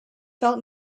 felt